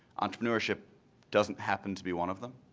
entrepreneurship doesn't happen to be one of them.